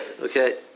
okay